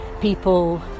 people